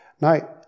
Now